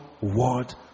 word